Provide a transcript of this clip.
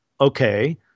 okay